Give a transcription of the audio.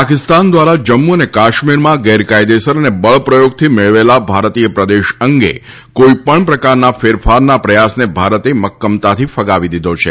પાકિસ્તાન દ્વારા જમ્મુ અને કાશ્મીરમાં ગેર કાયદેસર અને બળ પ્રયોગથી મેળવેલા ભારતીય પ્રદેશ અંગે કોઈપણ પ્રકારના ફેરફારના પ્રયાસને ભારતે મક્કમતાથી ફગાવી દીધો છે